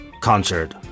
concert